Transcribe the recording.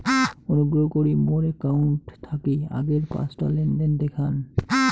অনুগ্রহ করি মোর অ্যাকাউন্ট থাকি আগের পাঁচটা লেনদেন দেখান